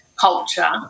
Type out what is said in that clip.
culture